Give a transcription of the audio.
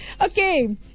Okay